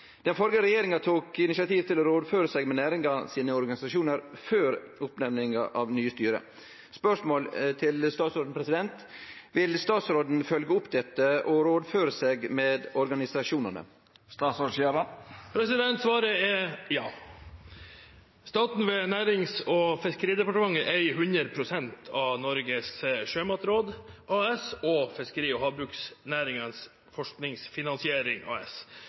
Den førre regjeringa tok initiativ til å rådføre seg med næringa sine organisasjonar før oppnemning av nye styre. Vil statsråden følgje opp dette og rådføre seg med organisasjonane?» Svaret er ja. Staten ved Nærings- og fiskeridepartementet eier 100 pst. av Norges sjømatråd AS og Fiskeri- og havbruksnæringens forskningsfinansiering AS,